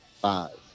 Five